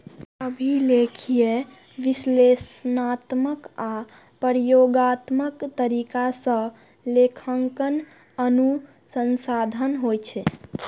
अभिलेखीय, विश्लेषणात्मक आ प्रयोगात्मक तरीका सं लेखांकन अनुसंधानक होइ छै